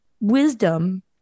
wisdom